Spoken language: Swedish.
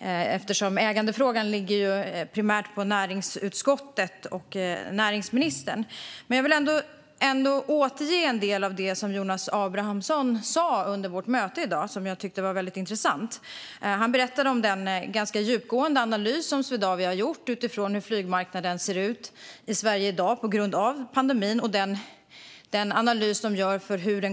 eftersom ägandefrågan primärt ligger på Näringsdepartementet och näringsministern. Jag vill ändå återge en del av det som Jonas Abrahamsson sa under vårt möte i dag, eftersom jag tyckte att det var väldigt intressant. Han berättade om den ganska djupgående analys som Swedavia har gjort utifrån hur flygmarknaden ser ut i Sverige i dag på grund av pandemin och hur den kommer att se ut i framtiden.